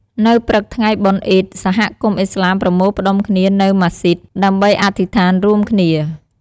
នៅព្រឹកថ្ងៃបុណ្យអ៊ីឌ សហគមន៍ឥស្លាមប្រមូលផ្ដុំគ្នានៅ ម៉ាស្សីដ ដើម្បីអធិស្ឋានរួមគ្នា។